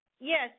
Yes